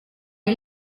iyi